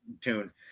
tune